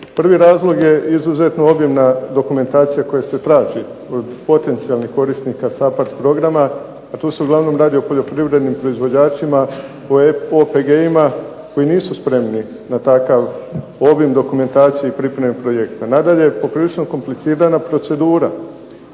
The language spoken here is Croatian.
Prvi razlog je izuzetno obilna dokumentacija koja se traži od potencijalnih korisnika SAPHARD programa, a tu se uglavnom radi o poljoprivrednim proizvođačima, o OPG-ima koji nisu spremni na takav obim dokumentacije i pripreme projekta. Nadalje, poprilično komplicirana procedura.